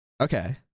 Okay